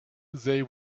they